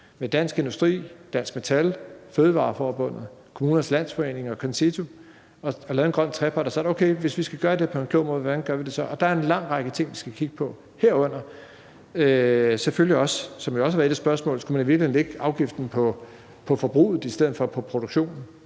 Dansk Industri, Dansk Metal, Fødevareforbundet, Kommunernes Landsforening og CONCITO og har lavet en grøn trepart, hvor vi har spurgt, hvordan vi, hvis vi skal gøre det på en klog måde, skal gøre det. Der er en lang række ting, vi skal kigge på, herunder selvfølgelig også, hvad der jo har været et af spørgsmålene, om man i virkeligheden skulle lægge afgiften på forbruget i stedet for på produktionen.